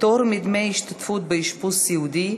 פטור מדמי השתתפות באשפוז סיעודי),